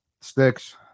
sticks